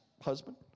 husband